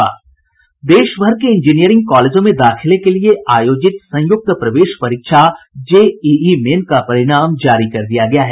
देशभर के इंजीनियरिंग कॉलेजों में दाखिले के लिए आयोजित संयुक्त प्रवेश परीक्षा जेईई मेन का परिणाम जारी कर दिया गया है